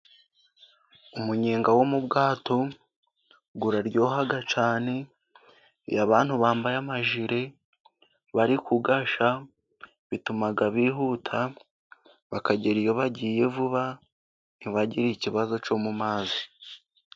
Umunyenga wo mu bwato uraryoha cyane, iyo abantu bambaye amajire bari kugashya bituma bihuta bakagera iyo bagiye vuba ntibagire ikibazo cyo mu mazi.